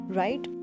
right